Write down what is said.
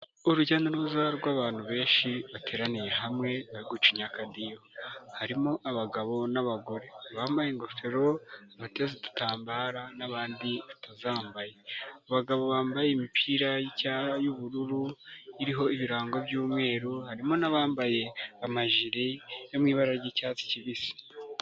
Urujya n'uruza rw'abantu benshi bateraniye hamwe bari gucinya akadiho harimo abagabo n'abagore, abambaye ingofero biteze igitambara n'abandi batazambaye, abagabo bambaye imipira y'ubururu iriho ibirango by'umweru harimo n'abambaye amaji yo mu ibara ry'icyatsi kibisi.